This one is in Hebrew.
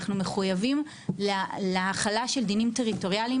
אנחנו מחויבים להכלה של דינים טריטוריאליים